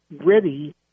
ready